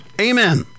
Amen